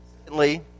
Secondly